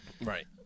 Right